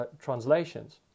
translations